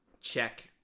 check